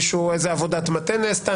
איזה עבודת מטה נעשה?